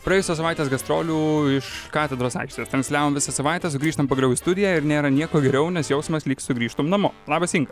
praėjusios savaitės gastrolių iš katedros aikštės transliavom visą savaitę grįžtam pagaliau į studiją ir nėra nieko geriau nes jausmas lyg sugrįžtum namo labas inga